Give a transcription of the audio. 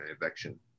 eviction